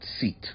seat